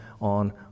on